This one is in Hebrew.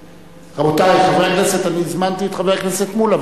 רבותי חברי הכנסת, אני הזמנתי את חבר הכנסת מולה.